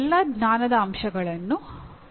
ಅವು ಬಹಳ ನಿರ್ದಿಷ್ಟವಾಗಲು ಪ್ರಾರಂಭಿಸುತ್ತದೆ